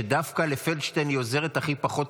שדווקא לפלדשטיין היא עוזרת הכי פחות,